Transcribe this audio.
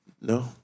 No